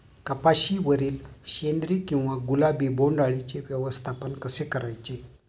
कपाशिवरील शेंदरी किंवा गुलाबी बोंडअळीचे व्यवस्थापन कसे करायचे?